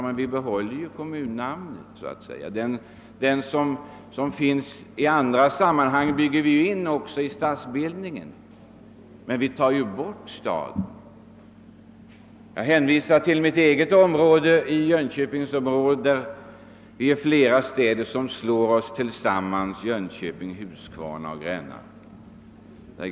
Men vi behåller ju kommunnamnet — det bygger vi ju in i stadsbildningen, men vi tar bort benämningen stad. Jag hänvisar till Jönköpingsområdet, där jag själv bor och där flera städer slår sig samman: Jönköping, Huskvarna och Gränna.